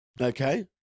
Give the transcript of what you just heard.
Okay